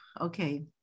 okay